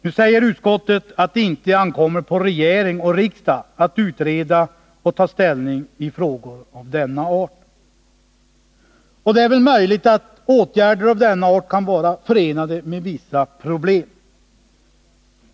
Nu säger utskottet att det inte ankommer på regering och riksdag att utreda och ta ställning i frågor av denna art. Och det är väl möjligt att åtgärder av denna art kan vara förenade med vissa problem.